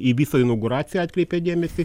į visą inauguraciją atkreipė dėmesį